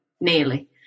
nearly